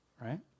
right